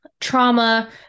trauma